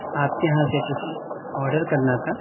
آپ کے یہاں سے کچھ آڈر کرنا تھا